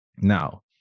Now